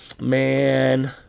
man